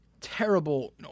terrible